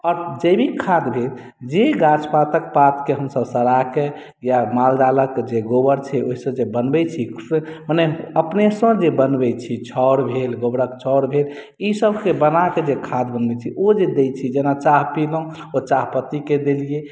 आओर जैविक खाद भेल जे गाछ पातक पातके हमसभ सड़ाके या माल जालक जे गोबर छै ओइसँ जे बनबय छी मने अपनेसँ जे बनबय छी छाओर भेल गोबरक छाओर भेल इसबके बनाके जे खाद बनबय छी ओ जे दै छी जेना चाह पीलहुँ ओ चाह पत्तीके देलियै